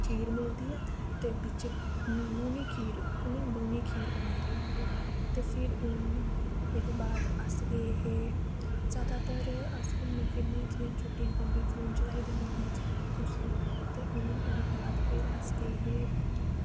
खीर मिलदी ऐ ते बिच्च लूनी खार बनाई दी होंदी त् फिर इकबार अस गे हे जादातर अस घूमनें फिरनें गी जियां छुट्टियां पौंदियां जून जुलाई दे म्हीने च ओह्दे बाद फिर अस गे हे